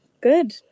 good